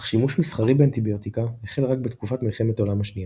אך שימוש מסחרי באנטיביוטיקה החל רק בתקופת מלחמת העולם השנייה.